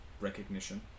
recognition